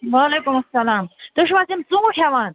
وعلیکُم اَسلام تُہۍ چھِوا تِم ژوٗنٛٹھۍ ہٮ۪وان